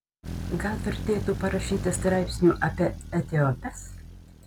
gal vertėtų parašyti straipsnių apie etiopes